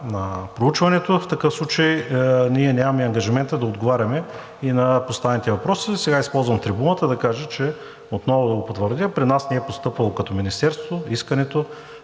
на проучването. В такъв случай ние нямаме и ангажимента да отговаряме и на поставените въпроси. Сега използвам трибуната да кажа, отново да го потвърдя, че при нас не е постъпвало, към Министерството, искането